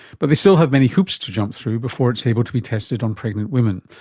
but they still have many hoops to jump through before it's able to be tested on pregnant women.